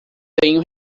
tenho